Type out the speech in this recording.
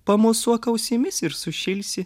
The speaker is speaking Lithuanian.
pamosuok ausimis ir sušilsi